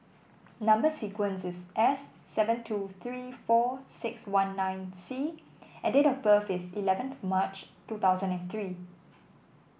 number sequence is S seven two three four six one nine C and date of birth is eleven March two thousand and three